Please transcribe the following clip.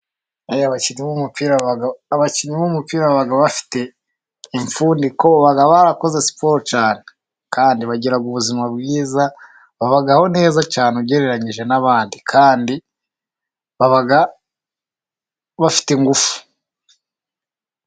Abakinnyi b'umupira baba bafite imfundiko，baba barakoze siporo cyane， kandi bagira ubuzima bwiza，babaho neza cyane， ugereranyije n'abandi. Kandi baba bafite ingufu.